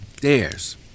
dares